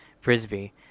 Frisbee